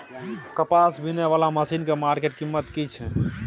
कपास बीनने वाला मसीन के मार्केट कीमत की छै?